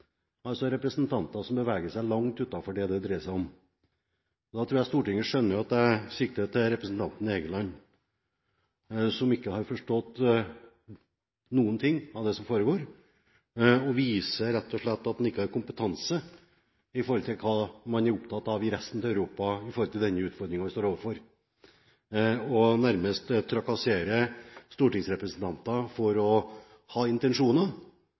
også forholdt seg til realitetene, men så har vi dessverre representanter som beveger seg langt utenfor det det dreier seg om. Da tror jeg Stortinget skjønner at jeg sikter til representanten Egeland, som ikke har forstått noen ting av det som foregår. Han viser rett og slett at han ikke har kompetanse når det gjelder hva man er opptatt av i resten av Europa med hensyn til den utfordringen vi står overfor, og han nærmest trakasserer stortingsrepresentanter for å ha